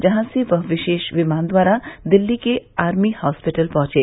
जहां से वह विशेष विमान द्वारा दिल्ली के आर्मी हॉस्पिटल पहुंचे